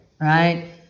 right